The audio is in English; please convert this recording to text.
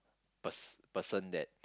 pers~ person that